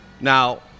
Now